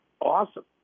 awesome